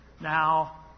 Now